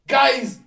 Guys